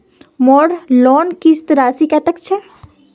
मोर लोन किस्त राशि कतेक छे?